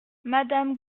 madame